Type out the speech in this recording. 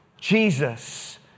Jesus